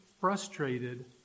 frustrated